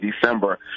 December